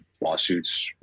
lawsuits